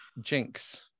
jinx